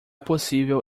possível